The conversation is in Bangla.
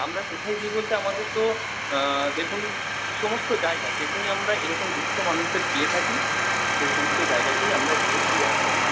আমরা কোথায় দিই বলতে আমাদের তো দেখুন সমস্ত জায়গা যেখানেই আমরা এরকম দুঃস্থ মানুষদের পেয়ে থাকি সেই সমস্ত জায়গাতেই আমরা গিয়ে দিয়ে আসি